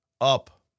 up